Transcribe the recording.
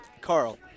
carl